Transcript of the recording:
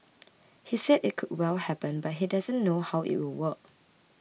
he said it could well happen but he doesn't know how it will work